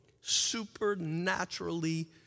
supernaturally